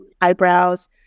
eyebrows